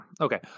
Okay